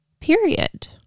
period